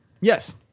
yes